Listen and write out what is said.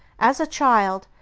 as a child,